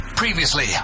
Previously